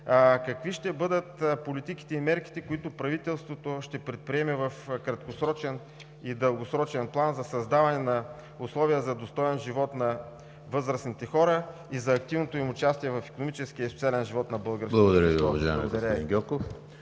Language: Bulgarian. какви ще бъдат политиките и мерките, които правителството ще предприеме в краткосрочен и дългосрочен план, за създаване на условия за достоен живот на възрастните хора и за активното им участие в икономическия и социален живот на българското общество?